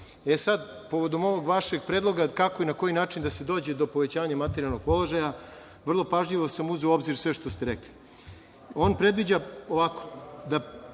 sad, povodom ovog vašeg predloga kako i na koji način da se dođe do povećanja materijalnog položaja, vrlo pažljivo sam uzeo u obzir sve što ste rekli. On predviđa ovako, da